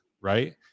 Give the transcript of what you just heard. Right